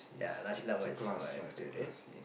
ya nasi-lemak is wife favourite